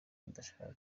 idashaka